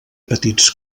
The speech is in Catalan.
petits